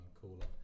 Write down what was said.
cooler